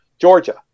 Georgia